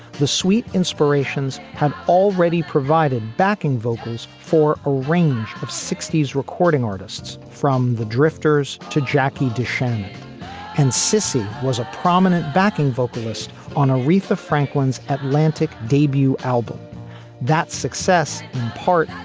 the sweet inspirations had already provided backing vocals for a range of sixty s recording artists from the drifters to jackie. dushan and cissy was a prominent backing vocalist on aretha franklin's atlantic debut album that success, in part, and